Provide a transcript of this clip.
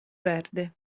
verde